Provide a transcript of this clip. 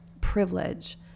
privilege